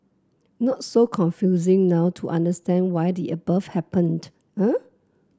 not so confusing now to understand why the above happened eh